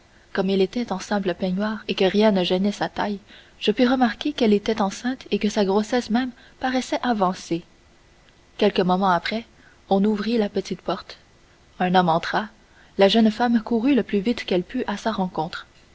comme elle était en simple peignoir et que rien ne gênait sa taille je pus remarquer qu'elle était enceinte et que sa grossesse même paraissait avancée quelques moments après on ouvrit la petite porte un homme entra la jeune femme courut le plus vite qu'elle put à sa rencontre